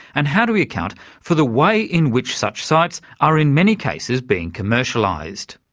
and how do we account for the way in which such sites are in many cases being commercialised?